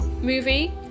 movie